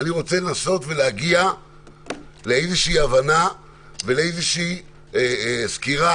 אני רוצה לנסות להגיע לאיזושהי הבנה ולאיזושהי סקירה